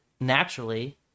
naturally